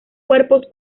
cuerpos